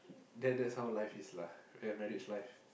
that that's how life is lah a marriage life